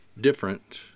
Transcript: different